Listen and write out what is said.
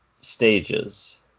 stages